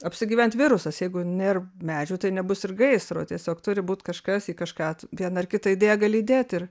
apsigyvent virusas jeigu nėr medžių tai nebus ir gaisro tiesiog turi būt kažkas į kažką vieną ar kitą idėją gali įdėt ir